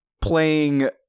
playing